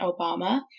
Obama